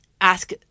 ask